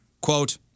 Quote